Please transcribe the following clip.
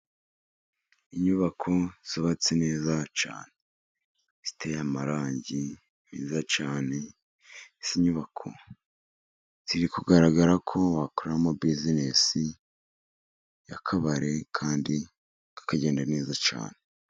Inyubako zubatse neza cyane, ziteye amarangi meza cyane izi nyubako ziri kugaragara ko wakoramo business yakabare kandi bukagenda neza cyane.